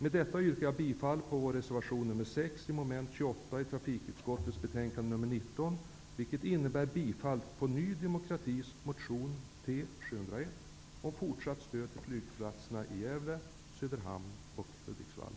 Med detta yrkar jag bifall på vår reservation nr 6 vid mom. 28 i trafikutskottets betänkande nr 19, vilket innebär bifall till Ny demokratis motion T701 om fortsatt stöd till flygplatserna i Gävle, Söderhamn och Hudiksvall.